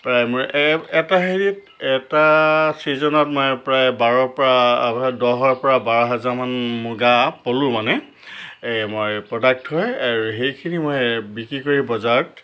প্ৰায় মোৰ এ এটা হেৰিত এটা চিজনত মই প্ৰায় বাৰৰ পৰা আপোনাৰ দহৰ পৰা বাৰ হেজাৰমান মূগা পলু মানে এই মই প্ৰডাক্ট হয় আৰু সেইখিনি মই বিকি কৰি বজাৰত